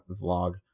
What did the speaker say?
vlog